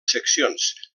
seccions